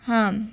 ಹಾಂ